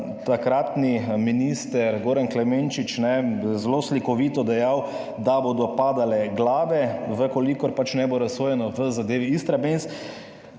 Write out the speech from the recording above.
takratni minister Goran Klemenčič zelo slikovito dejal, da bodo padale glave, če ne bo razsojeno v zadevi Istrabenz.